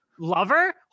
lover